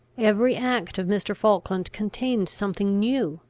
every act of mr. falkland contained something new,